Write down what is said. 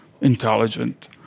intelligent